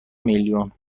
میلیون